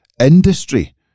industry